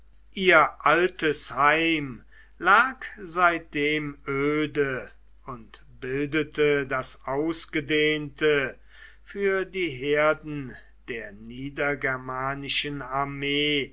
ihr altes heim lag seitdem öde und bildete das ausgedehnte für die herden der niedergermanischen armee